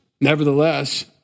Nevertheless